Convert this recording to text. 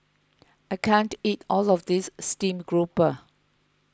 I can't eat all of this Steamed Garoupa